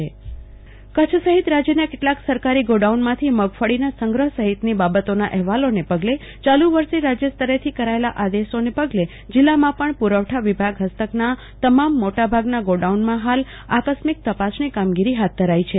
કલ્પના શાહ સરકારી ગોડાઉનમાં તપાસ કામગીરી કચ્છ સહિત રાજ્યના કેટલાક સરકારી ગોડાઉનમાંથી મગફળીના સંગ્રહ સહિતની બાબતોના અહેવાલોને પગલે ચાલુ વર્ષે રાજ્ય સ્તરેથી કરાયેલા આદેશને પગલે જિલ્લામાં પણ પુરવઠા વિભાગ હસ્તકના તમામ મોટાભાગના ગોડાઉનમાં હાલ આકસ્મિક તપાસણી કામગીરી હાથ ધરાઈ છે